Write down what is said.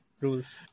rules